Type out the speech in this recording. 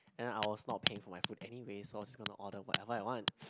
and I was not paying for my food anyway so I was just going to order whatever I want